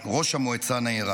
ראש המועצה נהרג.